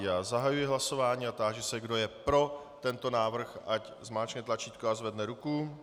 Já zahajuji hlasování a táži se, kdo je pro tento návrh, ať zmáčkne tlačítko a zvedne ruku.